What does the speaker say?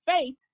faith